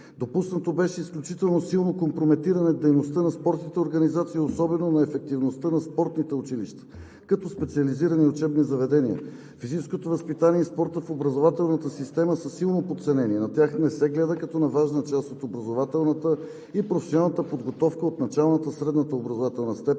Допуснато беше изключително силно компрометиране дейността на спортните организации, особено на ефективността на спортните училища като специализирани учебни заведения. Физическото възпитание и спортът в образователната система са силно подценени. На тях не се гледа като на важна част от образователната и професионалната подготовка от началната, средната образователна степен,